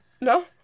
no